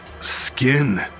skin